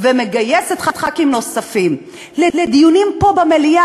ומגייסת חברי כנסת נוספים לדיונים פה במליאה,